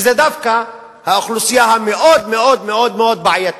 שזה דווקא האוכלוסייה המאוד-מאוד-מאוד בעייתית?